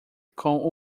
com